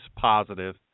positive